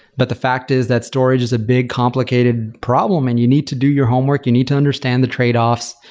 but the fact is that storage is a big, complicated problem and you need to do your homework. you need to understand the tradeoffs.